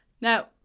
Now